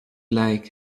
like